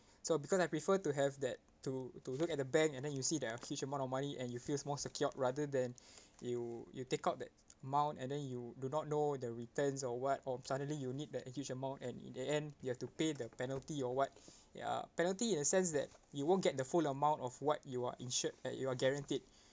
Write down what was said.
so because I prefer to have that to to look at the bank and then you see there are huge amount of money and you feel more secured rather than you you take out that amount and then you do not know the returns or [what] or suddenly you need that huge amount and in the end you have to pay the penalty or [what] ya penalty in a sense that you won't get the full amount of what you are insured that you are guaranteed